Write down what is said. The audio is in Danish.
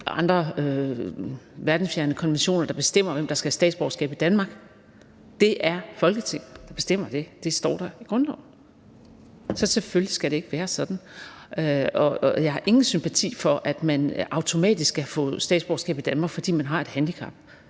andre verdensfjerne konventioner, der bestemmer, hvem der skal have statsborgerskab i Danmark. Det er Folketinget, der bestemmer det; det står der i grundloven. Så selvfølgelig skal det ikke være sådan, og jeg har ingen sympati for, at man automatisk skal få statsborgerskab i Danmark, fordi man har et handicap.